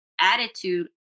attitude